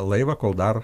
laivą kol dar